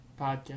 podcast